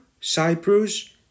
Cyprus